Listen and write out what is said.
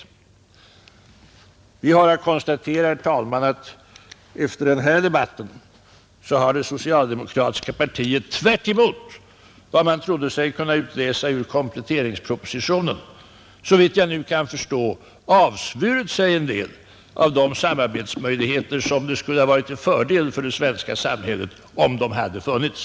Vi har att konstatera, herr talman, att efter den här debatten har det socialdemokratiska partiet, tvärtemot vad man trodde sig kunna utläsa ur kompletteringspropositionen, såvitt jag nu kan förstå avsvurit sig en del av de samarbetsmöjligheter som skulle ha varit till fördel för det svenska samhället, om de hade funnits.